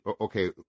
okay